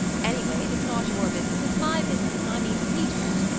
anyway, if it's not your business it's my business and i mean to see to it.